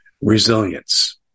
resilience